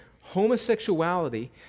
homosexuality